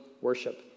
worship